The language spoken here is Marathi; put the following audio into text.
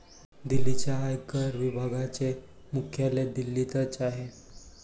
दिल्लीच्या आयकर विभागाचे मुख्यालय दिल्लीतच आहे